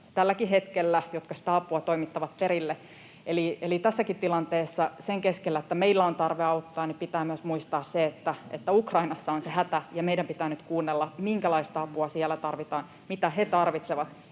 tälläkin hetkellä ja jotka sitä apua toimittavat perille. Eli tässäkin tilanteessa, sen keskellä, että meillä on tarve auttaa, niin pitää myös muistaa se, että Ukrainassa on se hätä ja meidän pitää nyt kuunnella, minkälaista apua siellä tarvitaan, mitä he tarvitsevat.